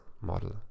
model